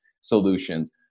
solutions